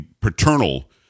paternal